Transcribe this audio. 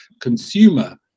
consumer